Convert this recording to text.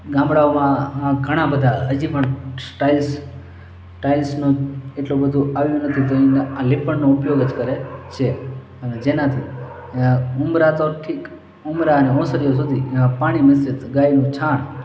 ગામડાઓમાં ઘણા બધા હજી પણ સ્ટાઈલ્સ ટાઈલ્સનો એટલો બધો આવ્યું નથી તો ત્યાં લીંપણનો ઉપયોગ જ કરે છે અને જેનાથી ઊંબરા તો ઠીક ઊંબરા અને ઓસરીઓ સુધી પાણી મિશ્રિત ગાયનું છાણ